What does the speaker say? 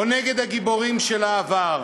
או נגד הגיבורים של העבר?